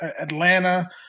Atlanta